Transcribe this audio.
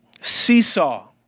seesaw